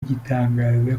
gitangaza